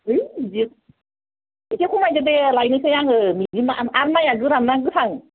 है बिदि एसे खमायदो दे लायनोसै आङो आर माइया गोरान ना गोथां